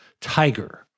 Tiger